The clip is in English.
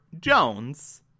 Jones